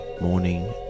morning